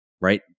right